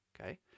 Okay